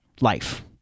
life